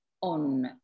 on